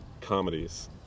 comedies